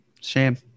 shame